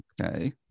Okay